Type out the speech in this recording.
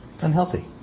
unhealthy